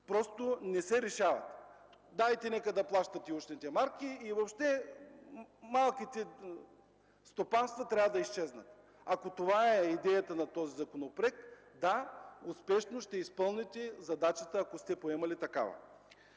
просто не се решават. Дайте, нека да плащат и ушните марки, въобще малките стопанства трябва да изчезнат. Ако това е идеята на този законопроект, да, успешно ще изпълните задачата, ако сте поемали такава.